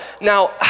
Now